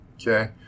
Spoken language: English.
Okay